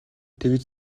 тэгж